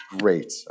great